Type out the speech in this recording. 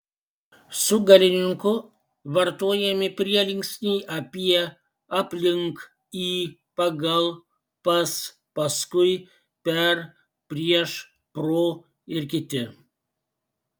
su galininku vartojami prielinksniai apie aplink į pagal pas paskui per prieš pro ir kiti